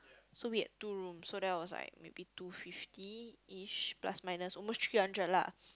so we had two room so that was like maybe two fifty each plus minus almost three hundred lah